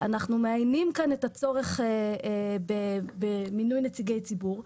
אנחנו מאיינים כאן את הצורך במינוי נציגי ציבור,